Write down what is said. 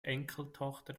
enkeltochter